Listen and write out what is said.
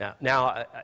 Now